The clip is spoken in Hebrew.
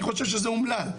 אני חושב שזה אומלל,